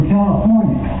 California